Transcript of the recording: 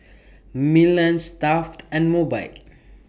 Milan Stuff'd and Mobike